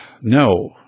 no